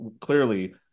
clearly